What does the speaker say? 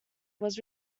was